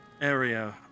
area